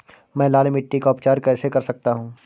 मैं लाल मिट्टी का उपचार कैसे कर सकता हूँ?